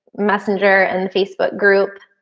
messenger and facebook group,